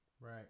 Right